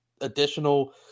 additional